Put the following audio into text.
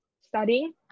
studying